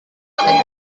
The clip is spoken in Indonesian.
kencang